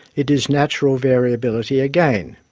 it is natural variability again.